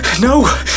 No